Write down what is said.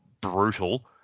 brutal